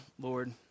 Lord